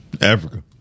Africa